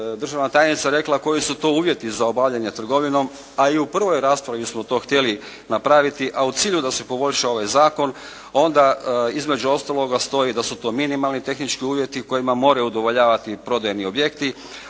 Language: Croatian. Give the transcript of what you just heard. državna tajnica rekla koji su to uvjeti za obavljanja trgovinom, a i u prvoj raspravi smo to htjeli napraviti, a u cilju da se poboljša ovaj zakon, onda između ostaloga stoji da su to minimalni tehnički uvjeti kojima moraju udovoljavati prodajni objekti,